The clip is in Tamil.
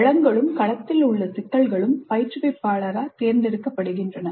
களங்களும் களத்தில் உள்ள சிக்கல்களும் பயிற்றுவிப்பாளரால் தேர்ந்தெடுக்கப்படுகின்றன